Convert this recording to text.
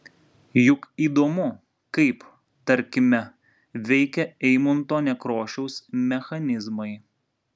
juk įdomu kaip tarkime veikia eimunto nekrošiaus mechanizmai